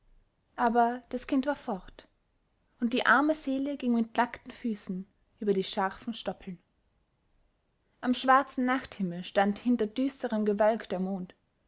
aber das kind war fort und die arme seele ging mit nackten füßen über die scharfen stoppeln am schwarzen nachthimmel stand hinter düsterem gewölk der mond